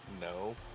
No